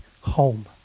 home